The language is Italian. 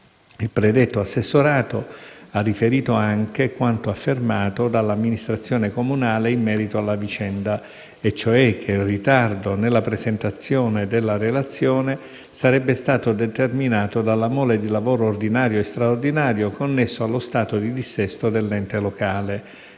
Il predetto assessorato ha riferito anche quanto affermato dall'amministrazione comunale in merito alla vicenda, e cioè che il ritardo nella presentazione della relazione sarebbe stato determinato dalla mole di lavoro, ordinario e straordinario, connesso allo stato di dissesto dell'ente locale,